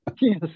Yes